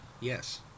yes